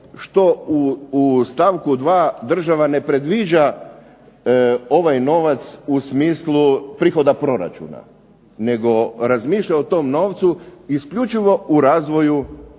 u stavku 2. država ne predviđa ovaj novac u smislu prihoda proračuna nego razmišlja o tom novcu isključivo u razvoju, o